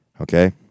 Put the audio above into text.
okay